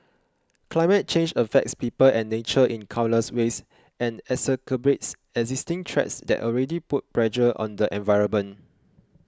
climate change affects people and nature in countless ways and exacerbates existing threats that already put pressure on the environment